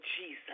Jesus